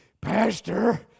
Pastor